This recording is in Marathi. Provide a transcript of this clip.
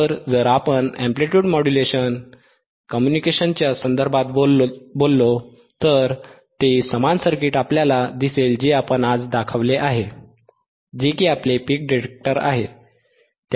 तर जर आपण अॅम्प्लीट्यूड मॉड्युलेशन कम्युनिकेशच्या संदर्भात बोललो तर ते समान सर्किट आपल्याला दिसेल जे आपण आज दाखवले आहे जे की आपले पीक डिटेक्टर आहे